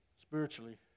Spiritually